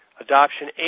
adoption